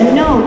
no